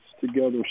together